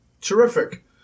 Terrific